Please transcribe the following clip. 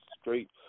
straight